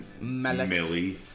Millie